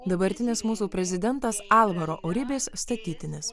dabartinis mūsų prezidentas alvaro uribis statytinis